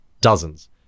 dozens